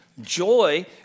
Joy